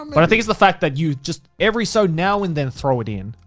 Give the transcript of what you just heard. um but i think it's the fact that you just every so now and then throw it in.